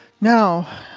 Now